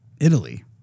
Italy